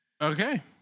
Okay